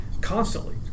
constantly